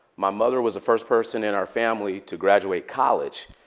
my mother was the first person in our family to graduate college.